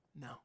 No